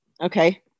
Okay